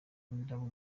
indabo